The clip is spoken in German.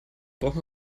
braucht